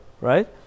right